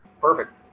perfect